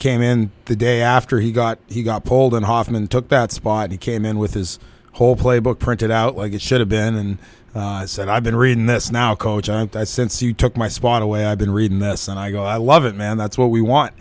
came in the day after he got he got bold and hoffman took that spot he came in with his whole playbook printed out like it should have been and said i've been reading this now coach and since you took my spawn away i've been reading this and i go i love it man that's what we want